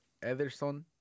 Ederson